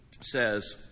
says